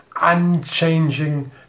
unchanging